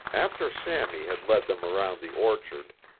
after sammy had led them around the orchard,